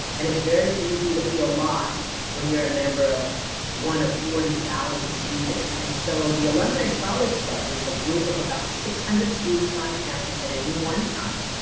and it's very easy to feel lost when you're a member of one of forty thousand students. and so the alumni scholars club is a group of about six hundred students on campus at any one time